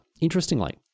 interestingly